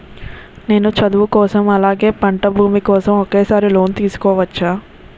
నేను చదువు కోసం అలాగే పంట భూమి కోసం ఒకేసారి లోన్ తీసుకోవచ్చా?